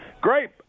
Great